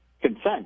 consent